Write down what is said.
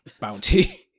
Bounty